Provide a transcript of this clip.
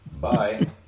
bye